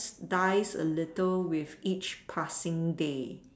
dies a little with each passing day